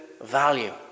value